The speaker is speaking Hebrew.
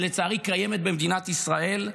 שלצערי קיימת במדינת ישראל,